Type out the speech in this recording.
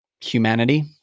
humanity